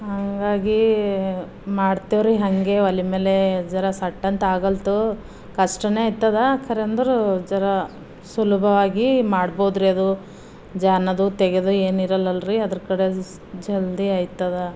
ಹಾಗಾಗಿ ಮಾಡ್ತೀವ್ರಿ ಹಾಗೆ ಒಲೆ ಮೇಲೆ ಜರ ಸಟ್ ಅಂತ ಆಗಲ್ದು ಕಷ್ಟನೇ ಆಯ್ತದ ಖರೆ ಅಂದ್ರೆ ಜರ ಸುಲಭವಾಗಿ ಮಾಡ್ಬೋದ್ರೀ ಅದು ಜಾನದು ತೆಗೆದು ಏನಿರಲ್ರೀ ಅದರ ಕಡೆ ಜಲ್ದಿ ಆಯ್ತದ